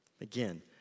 Again